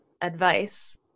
advice